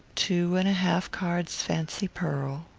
two and a half cards fancy pearl.